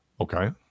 Okay